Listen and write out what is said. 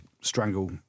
strangle